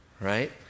Right